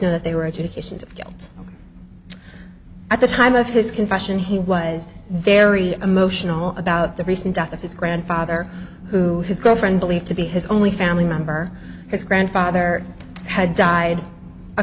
know that they were educations at the time of his confession he was very emotional about the recent death of his grandfather who his girlfriend believed to be his only family member his grandfather had died a